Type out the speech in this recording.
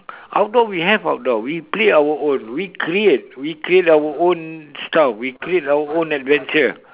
outdoor we have outdoor we play our own we create we create our own stuff we create our own adventure